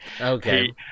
Okay